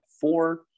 four